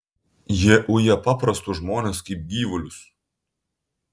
jie uja paprastus žmones kaip gyvulius